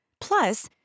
Plus